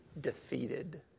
defeated